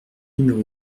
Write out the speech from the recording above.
numéro